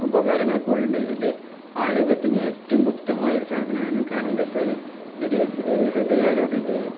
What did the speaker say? ഉപകാരങ്ങൾ കൂടിയുണ്ട് അത് ആരോഗ്യത്തിന് ഏറ്റവും ഉത്തമമായ ഒരു സാധനമാണ് കാരണം എന്താണെന്നുവച്ചാല് ഇത് ഹൃദയാരോഗ്യ